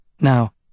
Now